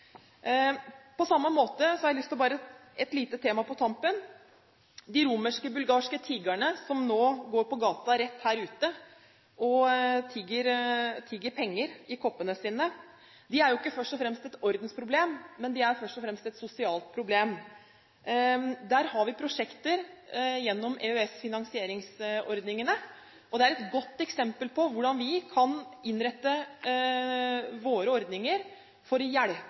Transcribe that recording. På samme måte har jeg lyst til bare å ta opp et lite tema på tampen. De rumenske og bulgarske tiggerne som nå går på gata rett her ute og tigger penger i koppene sine, er ikke først og fremst et ordensproblem, de er først og fremst et sosialt problem. Der har vi prosjekter gjennom EØS-finansieringsordningene. Det er et godt eksempel på hvordan vi kan innrette våre ordninger for å hjelpe